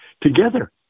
together